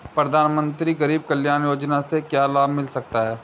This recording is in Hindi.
प्रधानमंत्री गरीब कल्याण योजना से क्या लाभ मिल सकता है?